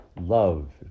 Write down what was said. love